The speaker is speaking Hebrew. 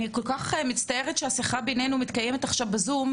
אני כל כך מצטערת שהשיחה בינינו מתקיימת עכשיו בזום,